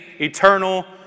eternal